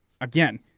Again